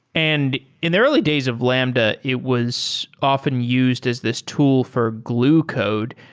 and in the early days of lambda, it was often used as this tool for glue code.